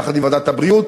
יחד עם ועדת הבריאות,